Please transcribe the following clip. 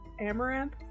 Amaranth